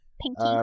Pinky